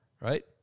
Right